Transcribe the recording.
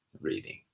reading